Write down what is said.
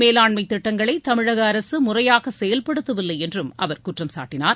மேலாண்மைதிட்டங்களைதமிழகஅரசுமுறையாகசெயல்படுத்தவில்லைஎன்றும் நீர் அவர் குற்றம் சாட்டனார்